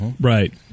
Right